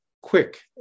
quick